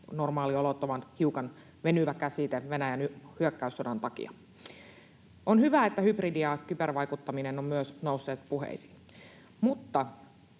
normaaliolot ovat hiukan venyvä käsite Venäjän hyökkäyssodan takia. On hyvä, että hybridi- ja kyber-vaikuttaminen ovat myös nousseet puheisiin.